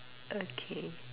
okay